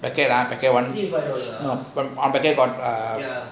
packet ah packet one ah packet one ah